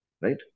Right